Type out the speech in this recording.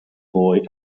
boy